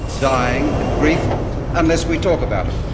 dying and grief unless we talk about it,